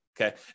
okay